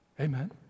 Amen